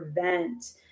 prevent